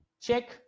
check